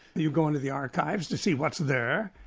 you go into the archives to see what's there,